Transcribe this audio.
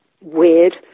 weird